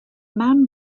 mam